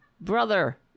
brother